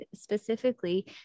specifically